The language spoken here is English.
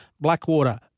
Blackwater